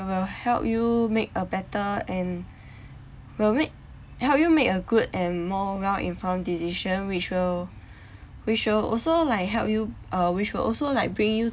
it will help you make a better and will make help you make a good and more well informed decision which will which will also like help you uh which will also like bring you